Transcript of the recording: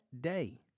day